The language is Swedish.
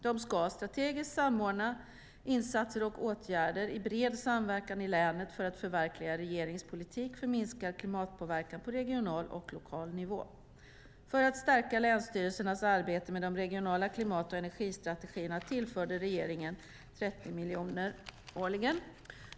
De ska strategiskt samordna insatser och åtgärder i bred samverkan i länet för att förverkliga regeringens politik för minskad klimatpåverkan på regional och lokal nivå. För att stärka länsstyrelsernas arbete med de regionala klimat och energistrategierna har regeringen tillfört 30 miljoner årligen.